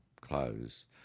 clothes